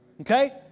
Okay